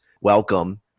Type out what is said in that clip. welcome